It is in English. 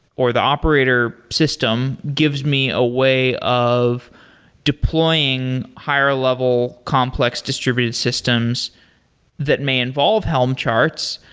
or the operator system gives me a way of deploying higher-level complex distributed systems that may involve helm charts.